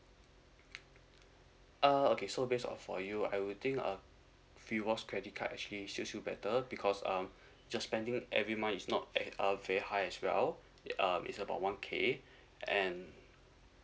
uh okay so based off for you I would think a rewards credit card actually suits you better because um just spending every month is not eh uh very high as well um is about one K and